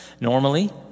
Normally